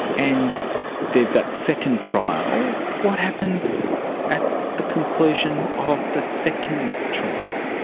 and there's that second trial. what happens at the conclusion of the second trial?